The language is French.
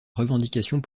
revendications